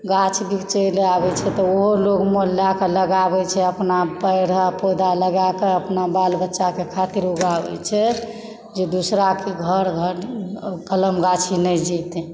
गाछ बेचयलऽ आबैत छै तऽ ओहो लोग मोल लयके लगाबै छै अपना पेड़ पौधा लगाकऽ अपना बाल बच्चाकऽ खातिर उगाबय छै जे दोसराके घर घर कलम गाछी नहि जेतय